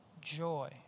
joy